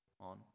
on